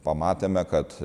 pamatėme kad